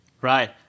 Right